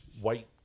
white